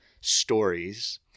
stories